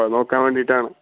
അത് നോക്കാൻ വേണ്ടിയിട്ടാണ്